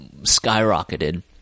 skyrocketed